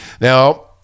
Now